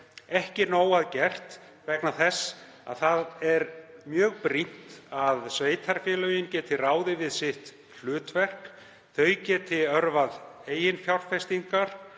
að nóg sé að gert. Það er mjög brýnt að sveitarfélögin geti ráði við sitt hlutverk, þau geti örvað eigin fjárfestingar